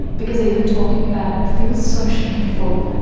because even talking about it feels so shameful.